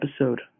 episode